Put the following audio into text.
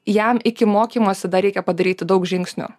jam iki mokymosi dar reikia padaryti daug žingsnių